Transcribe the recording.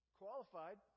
qualified